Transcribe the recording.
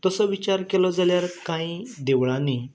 तसो विचार केलो जाल्यार कांय देवळांनी